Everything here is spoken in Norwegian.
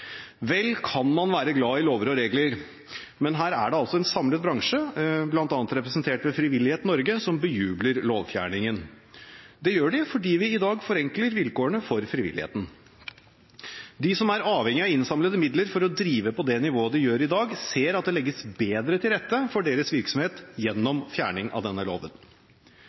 Vel kan man være glad i lover og regler, men her er det altså en samlet bransje, bl.a. representert ved Frivillighet Norge, som bejubler lovfjerningen. Det gjør de fordi vi i dag forenkler vilkårene for frivilligheten. De som er avhengig av innsamlede midler for å drive på det nivået de gjør i dag, ser at det legges bedre til rette for deres virksomhet gjennom fjerning av denne loven.